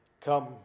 come